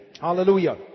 Hallelujah